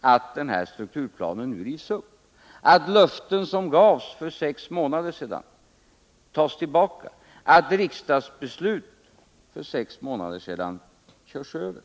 att denna strukturplan nu rivs upp, att löften som gavs för sex månader sedan tas tillbaka och att riksdagens beslut för sex månader sedan körs över.